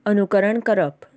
अनुकरण करप